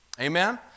Amen